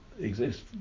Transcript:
exist